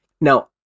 Now